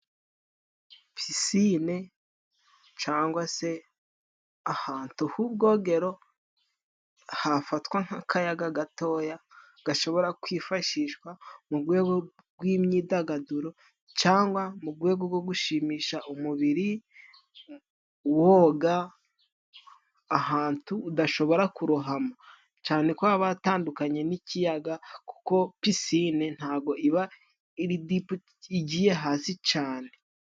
piscine cyangwa se ahantu h'ubwogero, hafatwa nk'akayaga gatoya, gashobora kwifashishwa mu rwego rw'imyidagaduro, cyangwa mu rwego rwo gushimisha umubiri, woga ahantu udashobora kurohama, cyane ko haba hatandukanye n'ikiyaga, kuko piscine ntago iba igiye hasi cyane.